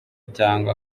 cyangwa